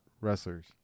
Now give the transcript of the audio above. wrestlers